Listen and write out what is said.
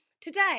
today